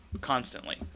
constantly